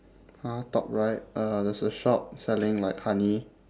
!huh! top right uh there's a shop selling like honey